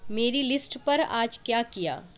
میری لسٹ پر آج کیا کیا